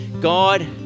God